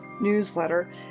newsletter